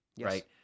right